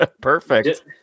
Perfect